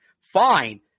fine